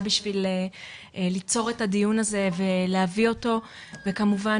בשביל ליצור את הדיון הזה ולהביא אותו וכמובן,